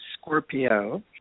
Scorpio